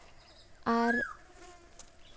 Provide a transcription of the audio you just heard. ᱟᱨ